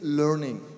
learning